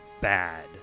bad